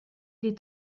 est